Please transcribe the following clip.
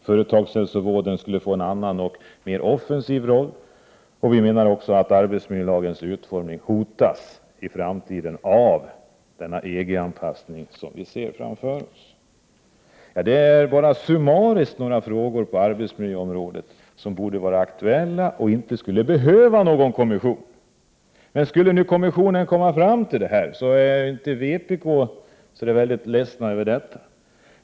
Företagshälsovården borde få en annan och mer offensiv roll. Vi menar också att arbetsmiljölagens utformning hotas i framtiden av den EG-anpassning som vi ser framför oss. Detta är bara summariskt några frågor på arbetsmiljöområdet som borde vara aktuella och som inte borde behöva behandlas av någon kommission. Skulle kommissionen komma fram till det här resultatet, är vi i vpk inte ledsna över det.